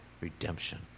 redemption